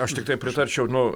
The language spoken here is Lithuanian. aš tiktai pritarčiau nu